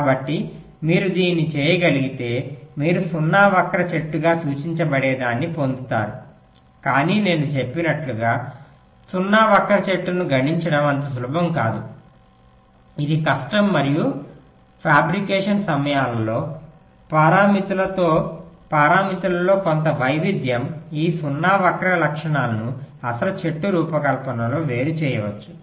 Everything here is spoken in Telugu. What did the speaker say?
కాబట్టి మీరు దీన్ని చేయగలిగితే మీరు 0 వక్ర చెట్టుగా సూచించబడేదాన్ని పొందుతారు కాని నేను చెప్పినట్లుగా 0 వక్ర చెట్టును గణించడం అంత సులభం కాదుఇది కష్టం మరియు కల్పన సమయంలో పరామితిలో కొంత వైవిధ్యం ఈ 0 వక్ర లక్షణాలను అసలు చెట్టు రూపకల్పనలో వేరు చేయవచ్చు